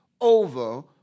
over